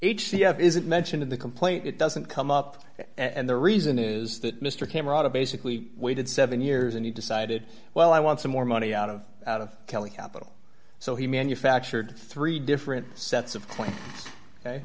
h c f isn't mentioned in the complaint it doesn't come up and the reason is that mr came out of basically waited seven years and he decided well i want some more money out of out of kelly capital so he manufactured three different sets of